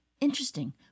Interesting